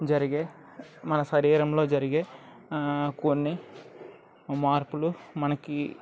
జరిగే మన శరీరంలో జరిగే కొన్ని మార్పులు మనకు